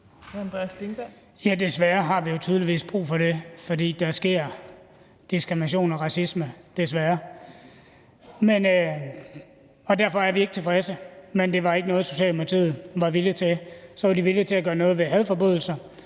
Desværre har vi jo tydeligvis brug for den. Der sker diskrimination og racisme – desværre – og derfor er vi ikke tilfredse; det var ikke noget, Socialdemokratiet var villig til at gøre noget ved. Men så var de villige til at gøre noget ved hadforbrydelser,